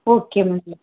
okay ma'am okay